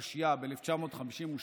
התשי"ב 1952,